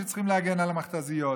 שצריכים להגן על המכת"זיות.